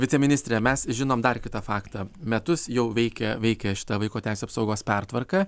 viceministre mes žinom dar kitą faktą metus jau veikia veikė šita vaiko teisių apsaugos pertvarka